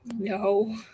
No